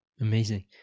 Amazing